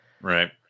right